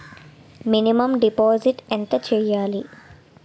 Minimum deposit ఎంత చెయ్యాలి?